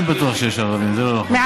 לא, אנחנו מדברים פה על ירושלים.